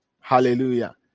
Hallelujah